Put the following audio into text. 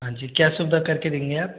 हाँ जी क्या सुविधा करके देंगे आप